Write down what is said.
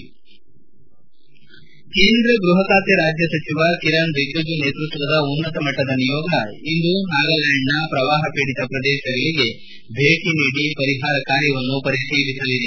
head ಕೇಂದ್ರ ಗ್ಲಹ ಖಾತೆ ರಾಜ್ಯ ಸಚಿವ ಕಿರಣ್ ರಿಜಿಜು ನೇತೃತ್ವದ ಉನ್ನತ ಮಟ್ಟದ ನಿಯೋಗ ಇಂದು ನಾಗಾಲ್ಲಾಂಡ್ನ ಪ್ರವಾಹ ಪೀಡಿತ ಪ್ರದೇಶಗಳಿಗೆ ಭೇಟಿ ನೀಡಿ ಪರಿಹಾರ ಕಾರ್ಯವನ್ನು ವೀಕ್ಷಿಸಲಿದೆ